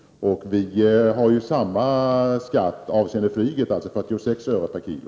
Vi föreslår samma skatt för flyget, alltså 46 öre per kilo.